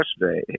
yesterday